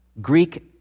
Greek